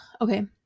okay